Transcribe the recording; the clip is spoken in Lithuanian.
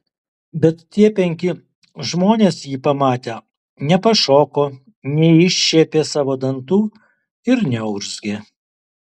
bet tie penki žmonės jį pamatę nepašoko neiššiepė savo dantų ir neurzgė